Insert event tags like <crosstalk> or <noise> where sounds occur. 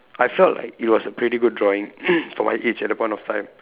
I felt like it was a pretty good drawing <noise> for my age at that point of time